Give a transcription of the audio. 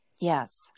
yes